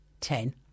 ten